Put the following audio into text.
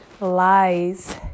Lies